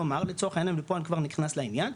כלומר לצורך העניין ופה אני כבר נכנס לעניין,